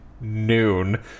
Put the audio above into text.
noon